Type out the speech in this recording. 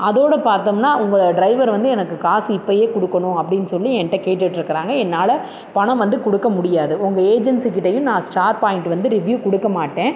அதோடு பாத்தோம்னா உங்கள் ட்ரைவர் வந்து எனக்கு காசு இப்போயே கொடுக்கணும் அப்படின் சொல்லி என்கிட்ட கேட்டுட்டுருக்கிறாங்க என்னால் பணம் வந்து கொடுக்க முடியாது உங்கள் ஏஜென்சிக்கிட்டேயும் நான் ஸ்டார் பாயிண்ட் வந்து ரிவ்யூ கொடுக்க மாட்டேன்